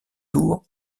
tour